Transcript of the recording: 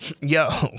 yo